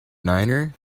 niner